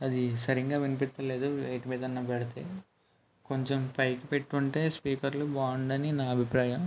అది సరిగ్గా వినిపించలేదు వేటి మీదన్నాపెడితే కొంచెం పైకి పెట్టుంటే స్పీకర్లు బాగుండు అని నా అభిప్రాయం